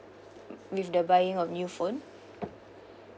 with the buying of new phone